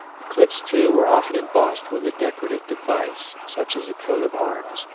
the clips, too, were often embossed with a decorative device such as a coat of arms,